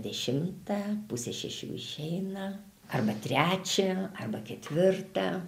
dešimtą pusę šešių išeina arba trečią arba ketvirtą